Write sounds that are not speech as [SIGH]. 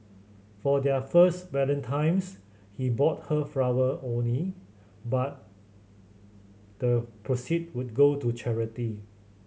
for their first [UNINTELLIGIBLE] he bought her flower only but the proceed would go to charity